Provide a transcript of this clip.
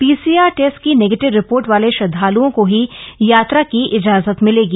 PCR test की negative report वाले श्रद्धाल्ओं को ही यात्रा की इजाजत मिलेगी